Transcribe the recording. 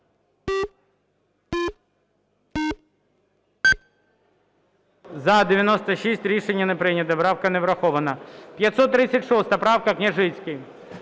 За-96 Рішення не прийнято. Правка не врахована. 536 правка, Княжицький.